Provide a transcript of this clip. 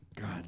God